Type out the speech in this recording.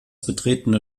betretene